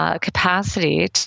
Capacity